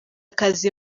kazi